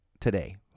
today